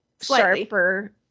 sharper